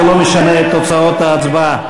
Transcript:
זה לא משנה את תוצאות ההצבעה.